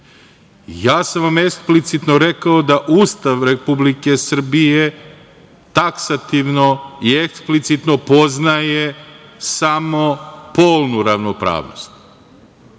sam vam eksplicitno rekao, da Ustav Republike Srbije taksativno i eksplicitno poznaje samo polnu ravnopravnost